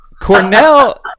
cornell